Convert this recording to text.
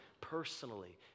personally